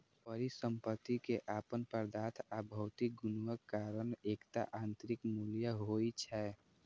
परिसंपत्ति के अपन पदार्थ आ भौतिक गुणक कारण एकटा आंतरिक मूल्य होइ छै